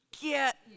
get